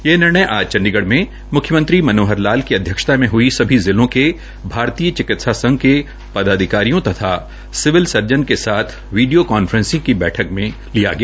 ये निर्णय आज चंडीगढ़ में मुख्यमंत्री मनोहर लाल की अध्यक्षता में हुई सभी जिलों के भारतीय चिकित्सा संध के पदाधिकारियों तथा सिविल सर्जन के साथ वीडियो कांफ्रेंसिग की बैठक में लिया गया